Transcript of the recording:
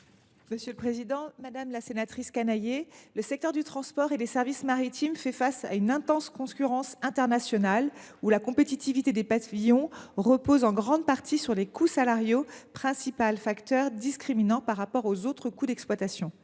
Mme la ministre. Madame la sénatrice Canayer, le secteur du transport et des services maritimes fait face à une intense concurrence internationale. La compétitivité des pavillons repose en grande partie sur les coûts salariaux, principal facteur discriminant par rapport aux autres coûts d’exploitation.